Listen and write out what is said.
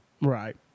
Right